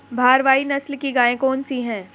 भारवाही नस्ल की गायें कौन सी हैं?